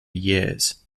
years